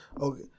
okay